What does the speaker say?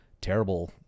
terrible